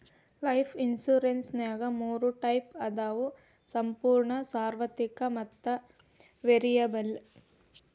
life ಇನ್ಸುರೆನ್ಸ್ನ್ಯಾಗ ಮೂರ types ಅದಾವ ಸಂಪೂರ್ಣ ಸಾರ್ವತ್ರಿಕ ಮತ್ತ ವೇರಿಯಬಲ್